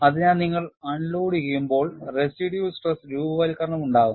അതിനാൽ നിങ്ങൾ അൺലോഡുചെയ്യുമ്പോൾ residual സ്ട്രെസ് രൂപവത്കരണമുണ്ടാകുന്നു